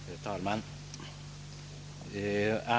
Herr talman!